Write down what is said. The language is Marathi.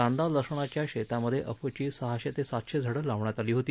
कांदा लसणाच्या शेतामध्ये अफूची सहाशे ते सातशे झाडे लावण्यात आली होती